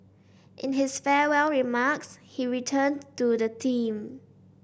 in his farewell remarks he returned to the theme